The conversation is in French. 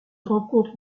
rencontre